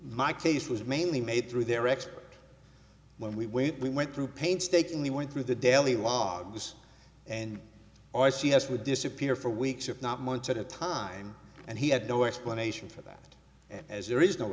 my case was mainly made through their expert when we went we went through painstakingly went through the daily logs and always she has would disappear for weeks if not months at a time and he had no explanation for that as there is no